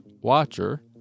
watcher